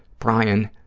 brian,